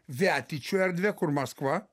viatičių erdvę kur maskva